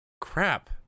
crap